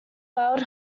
wild